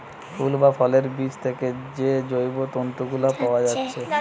ফুল বা ফলের বীজ থিকে যে জৈব তন্তু গুলা পায়া যাচ্ছে